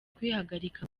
kwihagarika